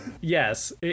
Yes